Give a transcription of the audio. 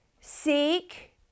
Seek